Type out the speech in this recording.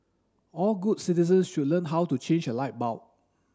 all good citizens should learn how to change a light bulb